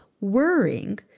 worrying